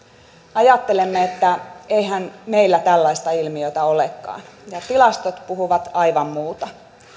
ajattelemme että eihän meillä tällaista ilmiötä olekaan ja tilastot puhuvat aivan muuta